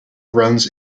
runs